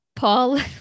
Paul